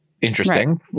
interesting